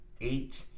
eight